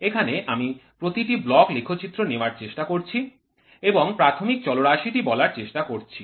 এখানে আমি প্রতিটি ব্লক লেখচিত্র নেওয়ার চেষ্টা করছি এবং প্রাথমিক চলরাশি টি বলার চেষ্টা করছি